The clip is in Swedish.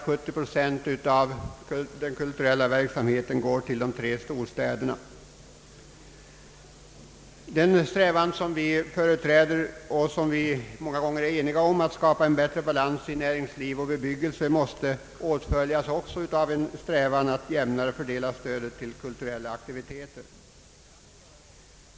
70 procent av kulturutbudet går till de tre storstäderna. Den strävan som vi företräder, nämligen att skapa en bättre balans i näringsliv och bebyggelse i landet, måste åtföljas av en strävan att jämnare fördela stödet till kulturella aktiviteter.